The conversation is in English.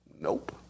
Nope